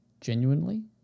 genuinely